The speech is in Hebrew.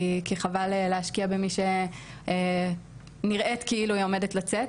כי חבל להשקיע במי שנראית כאילו היא עומדת לצאת,